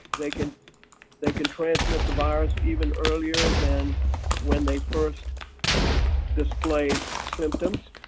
they can they can transmit the virus even earlier than when they first display symptoms.